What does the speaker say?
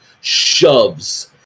shoves